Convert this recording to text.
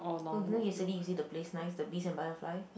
oh you know yesterday you say the place nice the Beast and Butterfly